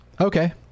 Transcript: Okay